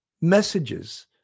messages